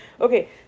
Okay